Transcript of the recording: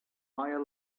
higher